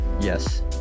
yes